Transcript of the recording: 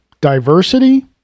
diversity